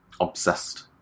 obsessed